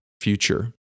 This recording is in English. future